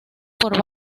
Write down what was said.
por